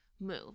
move